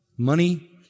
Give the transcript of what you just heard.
Money